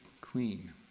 queen